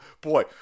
Boy